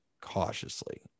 cautiously